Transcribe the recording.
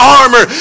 armor